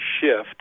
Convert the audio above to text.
shift